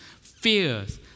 fears